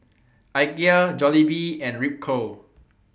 Ikea Jollibee and Ripcurl